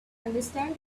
understand